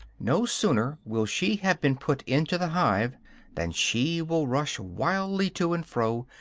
no sooner will she have been put into the hive than she will rush wildly to and fro,